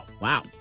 Wow